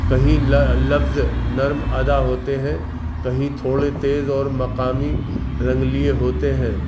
کہیں لفظ نرم ادا ہوتے ہیں کہیں تھوڑے تیز اور مقامی رنگ لیے ہوتے ہیں